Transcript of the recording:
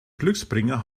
glücksbringer